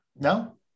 No